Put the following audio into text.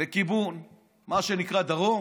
לכיוון מה שנקרא "דרום".